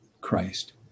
Christ